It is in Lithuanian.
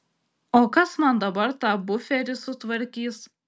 o kas man dabar tą buferį sutvarkys